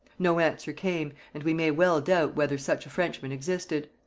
no answer came, and we may well doubt whether such a frenchman existed.